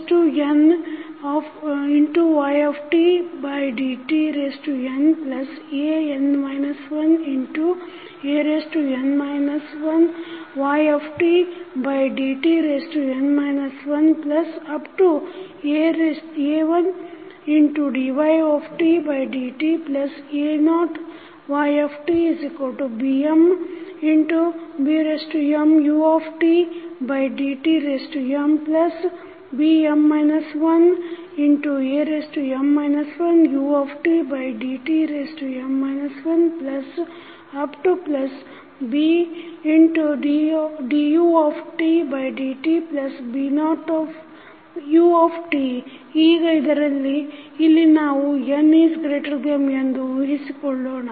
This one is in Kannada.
dnydtnan 1dn 1ydtn 1a1dytdta0ytbmdmutdtmbm 1dm 1utdtm 1b1dutdtb0ut ಈಗ ಇಲ್ಲಿ ನಾವು nm ಎಂದು ಉಹಿಸಿಕೊಳ್ಳೋಣ